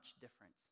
different